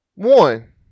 One